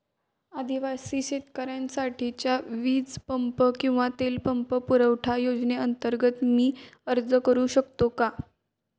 आदिवासी शेतकऱ्यांसाठीच्या वीज पंप किंवा तेल पंप पुरवठा योजनेअंतर्गत मी अर्ज करू शकतो का?